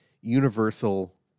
universal